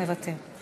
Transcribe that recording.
מוותר.